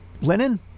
Lenin